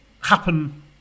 happen